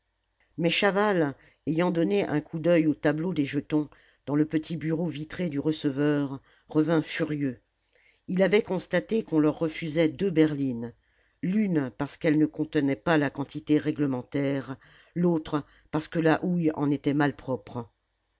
mais chaval ayant donné un coup d'oeil au tableau des jetons dans le petit bureau vitré du receveur revint furieux il avait constaté qu'on leur refusait deux berlines l'une parce qu'elle ne contenait pas la quantité réglementaire l'autre parce que la houille en était malpropre